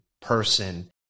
person